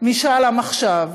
משאל עם עכשיו,